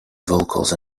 vocals